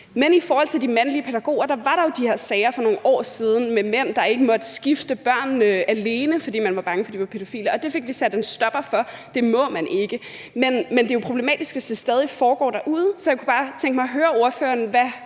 Men i forhold til de mandlige pædagoger var der jo de her sager for nogle år siden med mænd, der ikke måtte skifte børnene alene, fordi man var bange for, at de var pædofile, og det fik vi sat en stopper for. Det må man ikke. Men det er jo problematisk, hvis det stadig foregår derude, så jeg kunne bare godt tænke mig at høre ordføreren, hvad